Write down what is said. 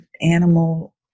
animal